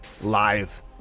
Live